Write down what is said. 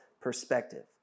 perspective